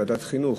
בוועדת החינוך,